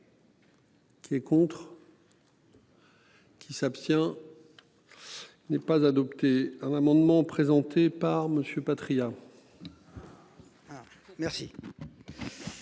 Qui est contre. Qui s'abstient. N'est pas adopté. Un amendement présenté par Monsieur Patriat. Merci.